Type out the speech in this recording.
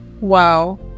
Wow